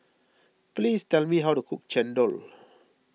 please tell me how to cook Chendol